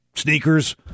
Sneakers